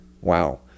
wow